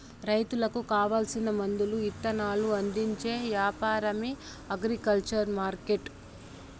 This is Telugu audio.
రైతులకు కావాల్సిన మందులు ఇత్తనాలు అందించే యాపారమే అగ్రికల్చర్ మార్కెట్టు